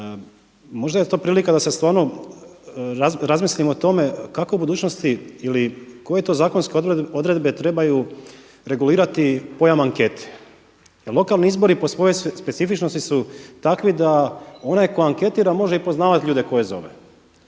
Možda je to prilika da se stvarno razmisli o tome kako u budućnosti ili koje to zakonske odredbe trebaju regulirati pojam ankete. Jer lokalni izbori po svojoj specifičnosti su takvi da onaj tko anketira može i poznavat ljude koje zove